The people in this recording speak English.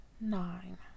nine